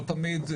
לא תמיד,